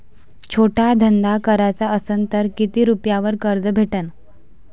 छोटा धंदा कराचा असन तर किती रुप्यावर कर्ज भेटन?